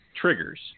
triggers